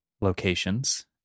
Locations